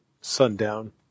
sundown